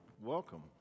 Welcome